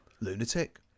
Lunatic